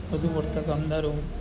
વધુ પડતાં કામદારો